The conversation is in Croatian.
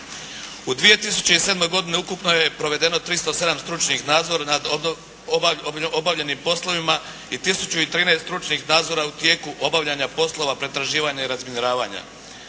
U 2007. godini ukupno je provedeno 307 stručnih nadzora nad obavljenim poslovima i 1013 stručnih nadzora u tijeku obavljanja poslova pretraživanja i razminiravanja.